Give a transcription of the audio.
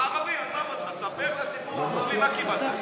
עזוב אותך, ספר לציבור הערבי מה קיבלת.